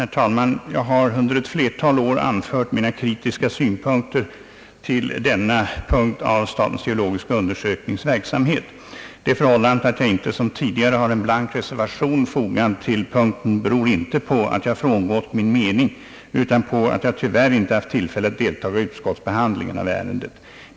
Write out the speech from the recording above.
Herr talman! Jag har under ett flertal år anfört mina kritiska synpunkter till denna punkt av statens geologiska undersöknings verksamhet. Det förhållandet att jag inte som tidigare har en blank reservation fogad till punkten beror inte på att jag frångått min mening utan på att jag tyvärr inte haft tillfälle deltaga i utskottets behandling av ärendet.